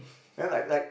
then like like